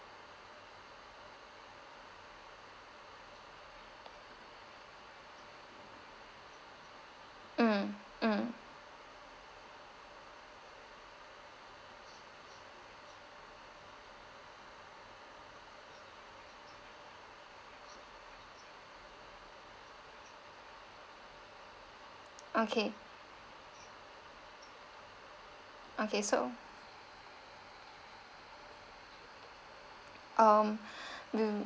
mm mm okay okay so um